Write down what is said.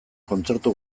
kontzertu